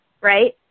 right